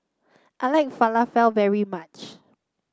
I like Falafel very much